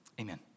Amen